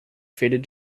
faded